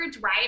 right